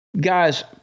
guys